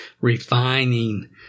refining